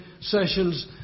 sessions